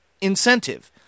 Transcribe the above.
incentive